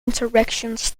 interactions